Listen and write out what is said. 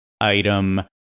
item